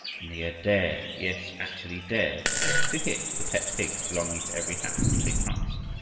and they had dared yes actually dared to hit the pet pigs belonging to every house as they passed.